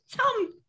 Tom